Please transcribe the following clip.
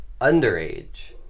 underage